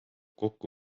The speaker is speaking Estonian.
kokku